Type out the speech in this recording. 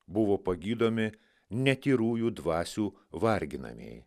buvo pagydomi netyrųjų dvasių varginamieji